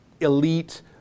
elite